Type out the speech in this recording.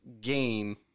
game